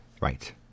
Right